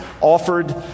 offered